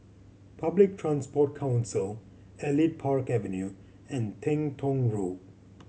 Public Transport Council Elite Park Avenue and Teng Tong Road